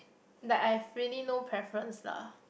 like I've really no preference lah